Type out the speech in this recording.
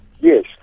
Yes